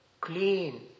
clean